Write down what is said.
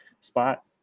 spot